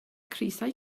crysau